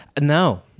no